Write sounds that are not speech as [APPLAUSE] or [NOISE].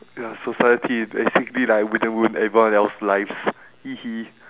ya society basically like with uh with everyone else lives [LAUGHS]